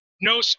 No